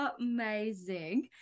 Amazing